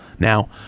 Now